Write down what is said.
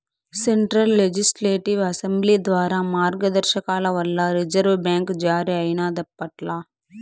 central Legislative Assembly ద్వారా మార్గదర్శకాల వల్ల రిజర్వు బ్యాంక్ జారీ అయినాదప్పట్ల